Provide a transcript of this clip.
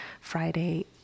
friday